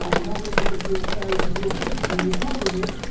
ah tell me if you're excited to hear this. cause we recorded it.